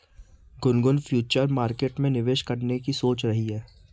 Gungun future market में निवेश करने की सोच रही है